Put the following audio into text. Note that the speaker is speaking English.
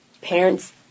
parents